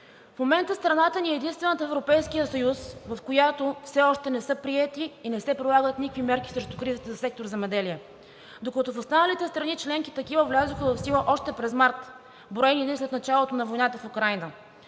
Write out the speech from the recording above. В момента страната ни е единствената в Европейския съюз, в която все още не са приети и не се прилагат никакви мерки срещу кризата за сектор „Земеделие“, докато в останалите страни членки такива влязоха в сила още през март – броени дни след началото на войната в Украйна.